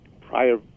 prior